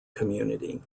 community